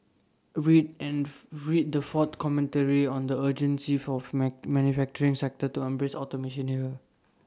read and read the fourth commentary on the urgency forth met manufacturing sector to embrace automation here